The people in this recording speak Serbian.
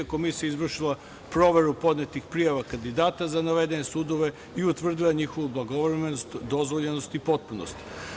Komisija je izvršila proveru podnetih prijava kandidata za navedene sudove i utvrdila njihovu blagovremenost, dozvoljenost i potpunost.